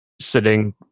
sitting